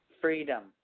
freedom